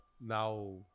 now